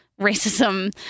racism